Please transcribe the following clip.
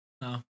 No